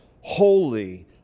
holy